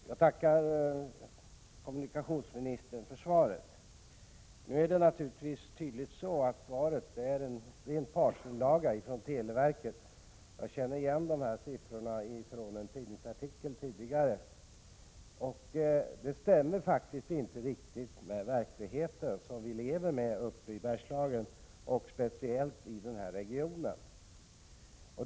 Herr talman! Jag tackar kommunikationsministern för svaret. Det är tydligt att svaret är en ren partsinlaga från televerket — jag känner igen siffrorna från en tidningsartikel. Det stämmer inte riktigt med den verklighet som vi lever med i Bergslagen och speciellt i denna region.